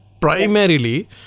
Primarily